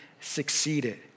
succeeded